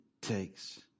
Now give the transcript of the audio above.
takes